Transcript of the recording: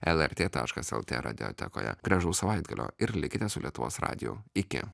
lrt taškas lt radiotekoje gražaus savaitgalio ir likite su lietuvos radiju iki